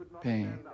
pain